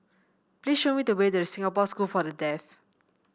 please show me the way to Singapore School for the Deaf